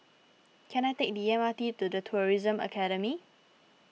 can I take the M R T to the Tourism Academy